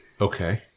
Okay